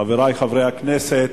חברי חברי הכנסת,